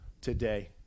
today